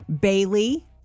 Bailey